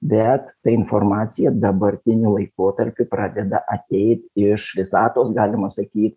bet ta informacija dabartiniu laikotarpiu pradeda ateit iš visatos galima sakyt